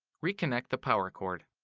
reconnect the power cord.